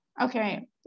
Okay